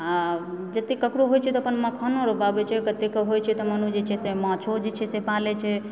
आ जतऽ केकरो होइत छै तऽ अपन मखानो रोपाबै छै कतेके मोन होइत छै माछो जे छै से पालय छै